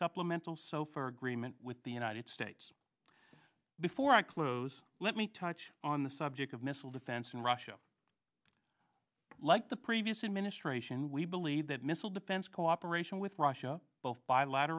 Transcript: supplemental so for agreement with the united states before i close let me touch on the subject of missile defense in russia like the previous administration we believe that missile defense cooperation with russia both